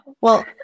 Well-